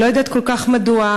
אני לא יודעת כל כך מדוע,